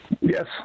Yes